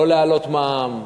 לא להעלות מע"מ,